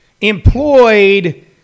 employed